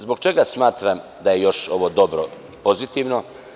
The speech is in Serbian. Zbog čega smatram da je još ovo dobro pozitivno.